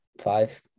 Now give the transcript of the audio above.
five